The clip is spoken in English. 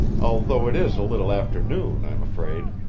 although it is a little after noon, i am afraid.